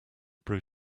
brew